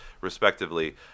respectively